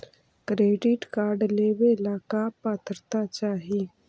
Credit card लेवेला का पात्रता चाही?